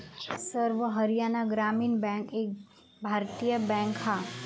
सर्व हरयाणा ग्रामीण बॅन्क एक भारतीय बॅन्क हा